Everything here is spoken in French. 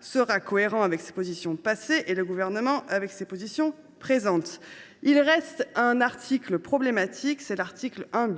sera cohérent avec ses positions passées et le Gouvernement avec ses positions présentes. Il reste un article problématique : l’article 1 .